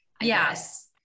Yes